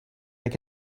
that